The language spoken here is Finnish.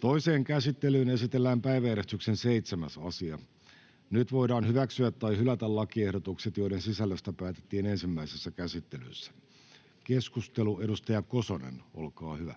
Toiseen käsittelyyn esitellään päiväjärjestyksen 7. asia. Nyt voidaan hyväksyä tai hylätä lakiehdotukset, joiden sisällöstä päätettiin ensimmäisessä käsittelyssä. — Keskustelu. Edustaja Kosonen, olkaa hyvä.